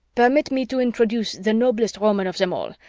permit me to introduce the noblest roman of them all,